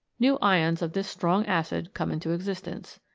new ions of this strong acid come into existence.